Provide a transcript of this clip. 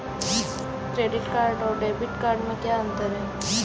Credit card और debit card में क्या अंतर है?